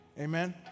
Amen